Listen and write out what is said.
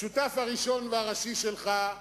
השותף הראשון והראשי שלך,